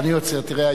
תראה,